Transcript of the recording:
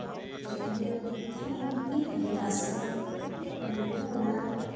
ᱢᱚᱱᱮ ᱨᱮᱱᱟᱜ ᱵᱩᱫᱷᱤ ᱠᱤ ᱵᱷᱟᱹᱜᱤ ᱦᱟᱨᱥ ᱠᱚᱜᱼᱟ ᱩᱱᱠᱩ ᱫᱚ ᱚᱟᱱ